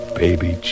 baby